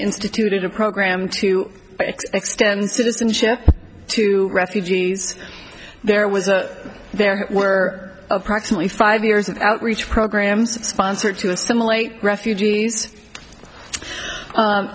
instituted a program to extend citizenship to refugee there was a there were approximately five years of outreach programs sponsor to assimilate refugees